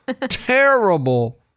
terrible